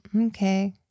Okay